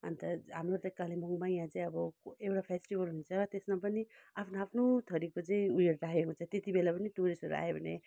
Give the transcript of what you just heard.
अन्त हाम्रो त कालिम्पोङमै यहाँ चाहिँ अब एउटा फेस्टिभल हुन्छ त्यसमा पनि आफ्नो आफ्नो थरीको चाहिँ उयो राखेको हुन्छ त्यति बेला पनि टुरिस्टहरू आयो भने